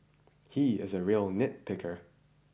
he is a real nitpicker